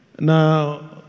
Now